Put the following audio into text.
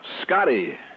Scotty